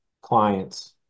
clients